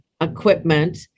equipment